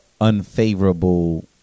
unfavorable